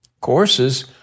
courses